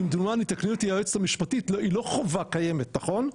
כמדומני תקני אותי היועצת המשפטית היא לא חובה קיימת נכון?